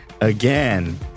again